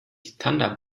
thunder